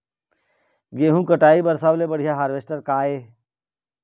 गेहूं कटाई बर सबले बढ़िया हारवेस्टर का ये?